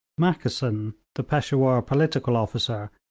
mackeson, the peshawur political officer,